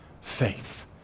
faith